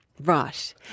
Right